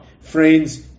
Friends